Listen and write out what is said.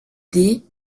des